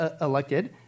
elected